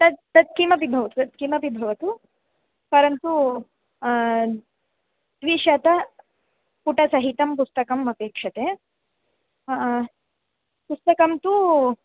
तद् तत् किमपि भवतु तत् किमपि भवतु परन्तु द्विशतपुटसहितं पुस्तकम् अपेक्ष्यते पुस्तकं तु